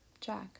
Jack